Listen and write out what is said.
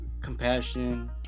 compassion